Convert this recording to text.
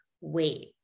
wait